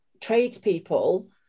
tradespeople